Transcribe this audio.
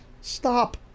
stop